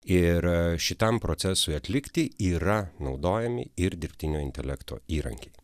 ir a šitam procesui atlikti yra naudojami ir dirbtinio intelekto įrankiai